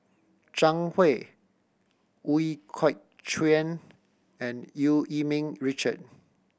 Zhang Hui Ooi Kok Chuen and Eu Yee Ming Richard